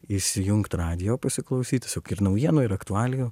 įsijungt radijo pasiklausyt tiesiog naujienų ir aktualijų